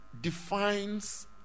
defines